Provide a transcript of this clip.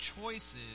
choices